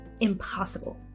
impossible